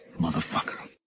motherfucker